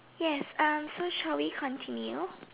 yes um shall we continue